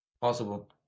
Possible